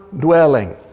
dwelling